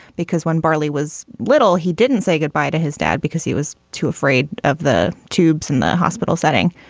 because when bali was little, he didn't say goodbye to his dad because he was too afraid of the tubes in the hospital setting.